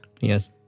Yes